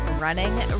running